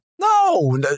No